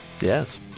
Yes